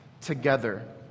together